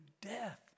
death